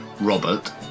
Robert